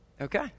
Okay